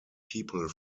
people